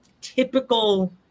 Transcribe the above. Typical